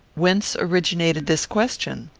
whence originated this question?